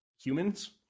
humans